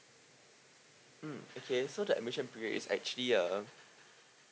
mm okay so the admission period is actually uh